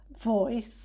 voice